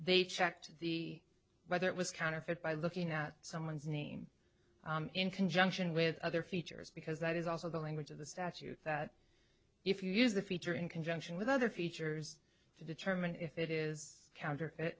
they checked the weather it was counterfeit by looking at someone's name in conjunction with other features because that is also the language of the statute that if you use the feature in conjunction with other features to determine if it is counterfeit